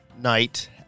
Night